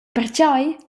pertgei